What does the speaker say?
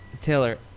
Taylor